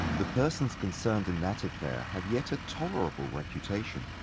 the persons concerned in that affair have yet a tolerable reputation.